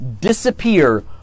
disappear